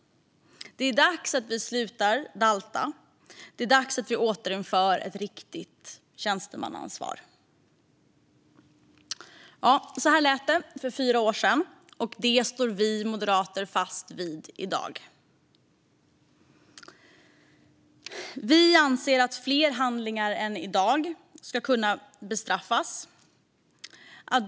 Det är dags att vi slutar dalta, och det är dags att vi återinför ett riktigt tjänstemannaansvar". Så här lät det för fyra år sedan, och detta står vi i Moderaterna fast vid även i dag. Vi anser att fler handlingar än i dag ska kunna bestraffas.